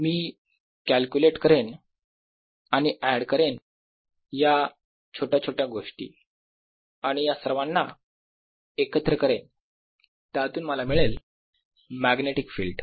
मी calculate करेन आणि add करेन या छोट्या छोट्या गोष्टी आणि सर्वांना एकत्र करेन त्यातून मला मिळेल मॅग्नेटिक फिल्ड